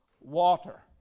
water